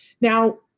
Now